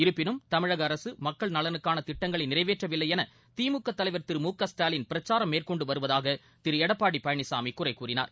இருப்பினும் தமிழக அரசு மக்கள் நலனுக்காள திட்டங்களை நிறைவேற்றவில்லை என திமுக தலைவர் திரு மு க ஸ்டாலின் பிரச்சாரம் மேற்கொண்டு வருவதாக திரு எடப்பாடி பழனிசாமி குறை கூறினார்